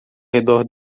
redor